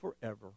forever